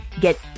get